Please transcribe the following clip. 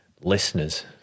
listeners